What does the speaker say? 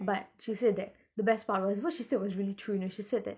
but she said that the best part was what she said was really true you know she said that